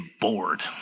bored